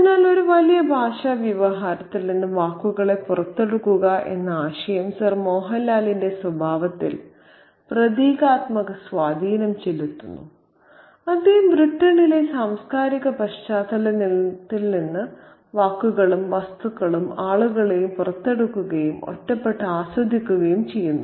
അതിനാൽ ഒരു വലിയ ഭാഷാ വ്യവഹാരത്തിൽ നിന്ന് വാക്കുകളെ പുറത്തെടുക്കുക എന്ന ആശയം സർ മോഹൻലാലിന്റെ സ്വഭാവത്തിൽ പ്രതീകാത്മക സ്വാധീനം ചെലുത്തുന്നു അദ്ദേഹം ബ്രിട്ടനിലെ സാംസ്കാരിക പശ്ചാത്തലത്തിൽ നിന്ന് വാക്കുകളും വസ്തുക്കളും ആളുകളെയും പുറത്തെടുക്കുകയും ഒറ്റപ്പെട്ട് ആസ്വദിക്കുകയും ചെയ്യുന്നു